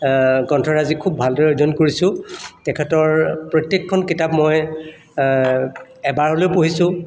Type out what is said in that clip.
গ্ৰন্থৰাজি খুব ভালদৰে অধ্যয়ন কৰিছোঁ তেখেতৰ প্ৰত্যেকখন কিতাপ মই এবাৰ হ'লেও পঢ়িছোঁ